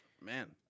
Man